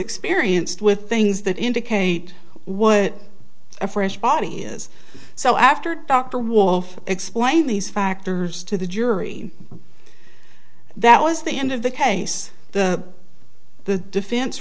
experienced with things that indicate what a fresh body is so after dr wolfe explained these factors to the jury that was the end of the case the the defense